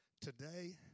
today